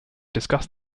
discuss